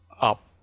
up